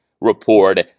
report